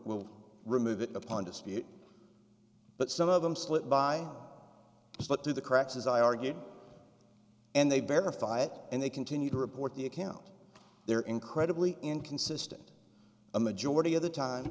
will remove it upon dispute but some of them slip by slip through the cracks as i argue and they verify it and they continue to report the account they're incredibly inconsistent a majority of the time